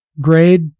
grade